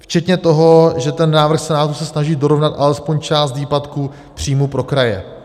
Včetně toho, že ten návrh Senátu se snaží dorovnat alespoň část výpadku příjmů pro kraje.